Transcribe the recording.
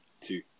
two